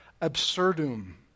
absurdum